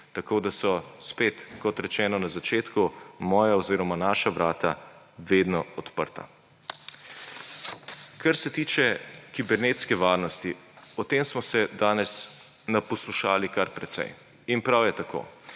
tako da so spet, kot rečeno na začetku, moja oziroma naša vrata vedno odprta. Kar se tiče kibernetske varnosti. O tem smo se danes naposlušali kar precej in prav je tako.